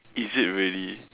is it really